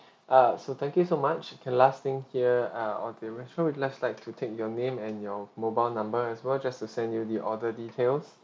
uh so thank you so much kay~ last thing here uh oh the restaurant will just like to take your name and your mobile number as well just to send you the order details